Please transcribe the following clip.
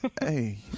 hey